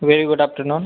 very good afternoon